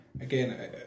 again